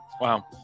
wow